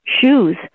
shoes